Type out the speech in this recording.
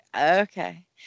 okay